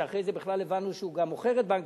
ואחרי זה בכלל הבנו שהוא גם מוכר את בנק